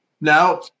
Now